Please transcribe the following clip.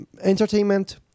entertainment